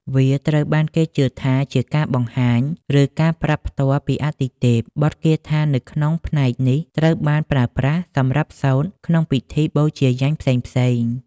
វាត្រូវបានគេជឿថាជាការបង្ហាញ ឬការប្រាប់ផ្ទាល់ពីអាទិទេព។ បទគាថានៅក្នុងផ្នែកនេះត្រូវបានប្រើប្រាស់សម្រាប់សូត្រក្នុង ពិធីបូជាយញ្ញ ផ្សេងៗ។